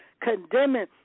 condemning